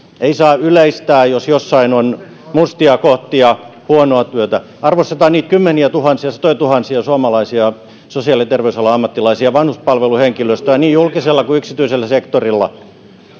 ei saa yleistää jos jossain on mustia kohtia huonoa työtä arvostetaan niitä kymmeniätuhansia satojatuhansia suomalaisia sosiaali ja terveysalan ammattilaisia vanhuspalveluhenkilöstöä niin julkisella kuin yksityisellä sektorilla